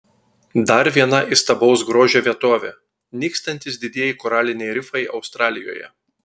dar viena įstabaus grožio vietovė nykstantys didieji koraliniai rifai australijoje